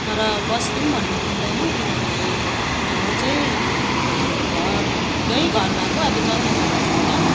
तर बस्ती पनि भन्न मिल्दैन किनभने हाम्रो चाहिँ घरकै घर भएको अब जमिनहरू छैन